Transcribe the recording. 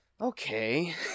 okay